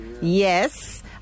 Yes